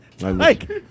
Mike